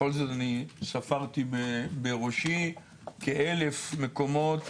בכל זאת, ספרתי בראשי כ-1,000 מקומות